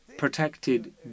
protected